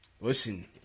Listen